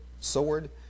sword